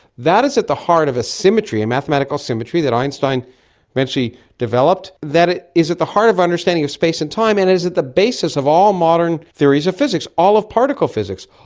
that is at the heart of a symmetry, a mathematical symmetry that einstein eventually developed, that is at the heart of understanding of space and time and is at the basis of all modern theories of physics. all of particle physics,